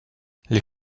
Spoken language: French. les